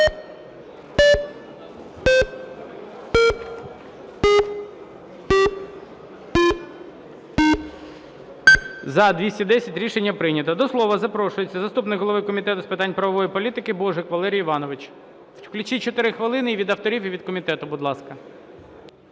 За-210 Рішення прийнято. До слова запрошується заступник голови Комітету з питань правової політики Божик Валерій Іванович. Включіть 4 хвилини і від авторів, і від комітету, будь ласка.